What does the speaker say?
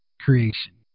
creation